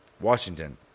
Washington